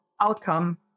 outcome